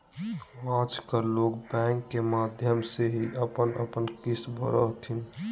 आजकल लोग बैंक के माध्यम से ही अपन अपन किश्त भरो हथिन